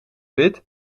wit